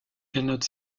cannot